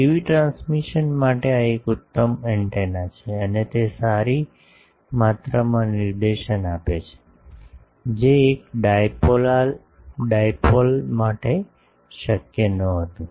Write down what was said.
TV transmission માટે આ એક ઉત્તમ એન્ટેના છે અને તે સારી માત્રામાં નિર્દેશન આપે છે જે એક ડાઈપોલ માટે શક્ય ન હતું